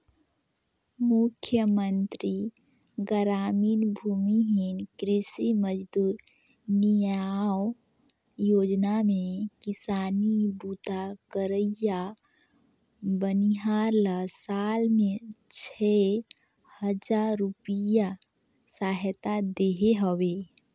मुख्यमंतरी गरामीन भूमिहीन कृषि मजदूर नियाव योजना में किसानी बूता करइया बनिहार ल साल में छै हजार रूपिया सहायता देहे हवे